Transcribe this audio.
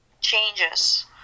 changes